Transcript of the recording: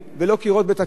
ולא קירות בית-הכלא,